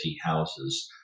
houses